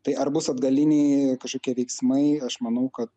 tai ar bus atgaliniai kažkokie veiksmai aš manau kad